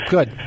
Good